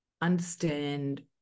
understand